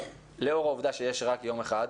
לאור העובדה שיש רק יום אחד,